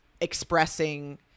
expressing